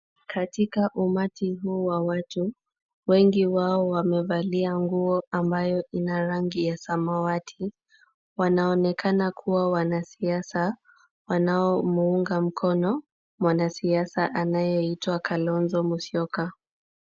Katika umati huu wa watu, wengi wao wamevalia nguo ambayo ina rangi ya samawati. Wanaonekana kuwa wanasiasa wanaomuunga mkono mwanasiasa anayeitwa Kalonzo Musyoka.